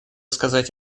сказать